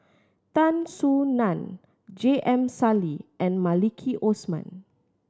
Tan Soo Nan J M Sali and Maliki Osman